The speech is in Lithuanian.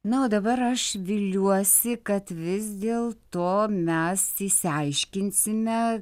na o dabar aš viliuosi kad vis dėl to mes išsiaiškinsime